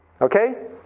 Okay